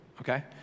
okay